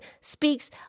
speaks